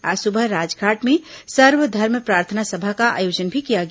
आज सुबह राजधाट में सर्वधर्म प्रार्थना सभा का आयोजन भी किया गया